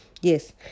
Yes